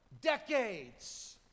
decades